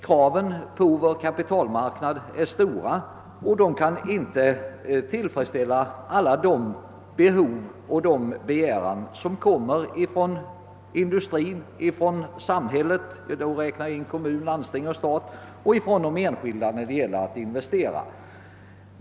Kraven på kapi talmarknaden är stora, och alla framställningar om krediter för investeringsbehov från industrin, från samhället — dit räknar jag kommuner, landsting och stat — och från de enskilda kan inte tillgodoses.